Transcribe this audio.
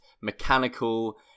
mechanical